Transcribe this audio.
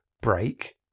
break